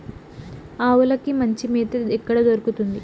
ఆవులకి మంచి మేత ఎక్కడ దొరుకుతుంది?